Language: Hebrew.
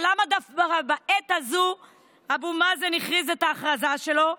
אבל למה דווקא בעת הזו אבו מאזן הכריז את ההכרזה שלו?